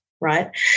right